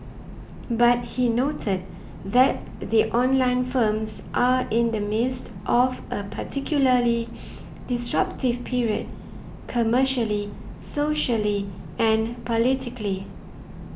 but he noted that the online firms are in the midst of a particularly disruptive period commercially socially and politically